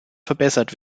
verbessert